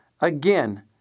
Again